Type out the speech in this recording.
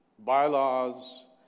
bylaws